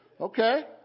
Okay